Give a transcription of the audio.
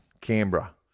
Canberra